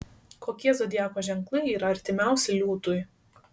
kokie zodiako ženklai yra artimiausi liūtui